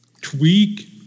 tweak